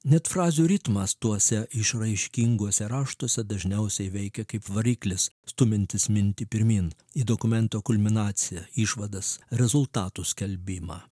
net frazių ritmas tuose išraiškinguose raštuose dažniausiai veikia kaip variklis stumiantis mintį pirmyn į dokumento kulminaciją išvadas rezultatų skelbimą